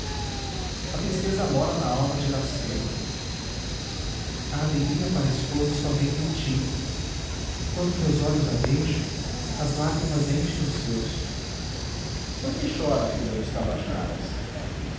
a tristeza mora na alma de iracema a alegria para a esposa só vem de ti quando teus olhos a deixam as lágrimas enchem os seus por que chora a filha dos tabajaras